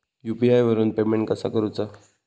UPI वरून payment कसा करूचा?